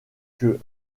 que